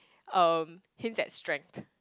uh hints at strength